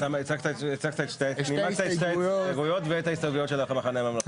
אתה הצגת את נימת ההסתייגויות ואת ההסתייגויות של המחנה הממלכתי?